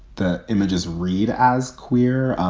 the image is read as queer.